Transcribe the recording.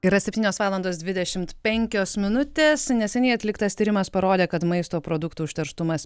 yra septynios valandos dvidešimt penkios minutės neseniai atliktas tyrimas parodė kad maisto produktų užterštumas